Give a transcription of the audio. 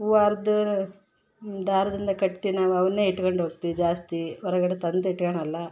ಹೂವು ಹರ್ದ್ ದಾರದಿಂದ ಕಟ್ಟಿ ನಾವು ಅವನ್ನೆ ಇಟ್ಕೊಂಡ್ ಹೋಗ್ತೀವ್ ಜಾಸ್ತಿ ಹೊರಗಡೆ ತಂದು ಇಟ್ಕೊಳಲ್ಲ